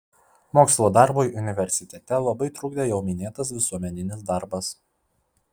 mokslo darbui universitete labai trukdė jau minėtas visuomeninis darbas